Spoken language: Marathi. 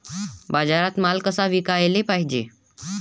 बाजारात माल कसा विकाले पायजे?